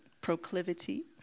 proclivity